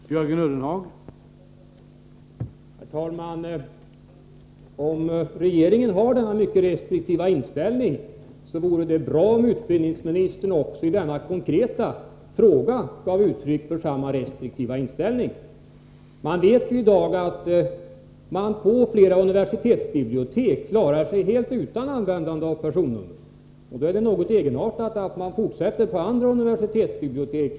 Universitetsoch högskoleämbetet förbereder drastiska nedskärningar av de mindre högskolorna. Detta rimmar illa med de uttalanden som utbildningsministern gjorde i 1983 års budgetproposition. Där underströks hur viktiga de mindre högskolorna är i den regionala utvecklingen, liksom deras betydelse för inte minst små och medelstora företag. Det är nödvändigt att göra besparingar. Däremot är det förvånansvärt att de besparingar som UHÄ vill göra är ensidigt inriktade mot de mindre högskolorna.